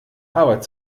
arbeit